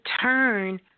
turn